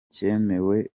cyemewe